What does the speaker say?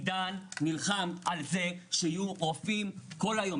עידן נלחם על זה שיהיו רופאים כל היום,